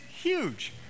huge